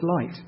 light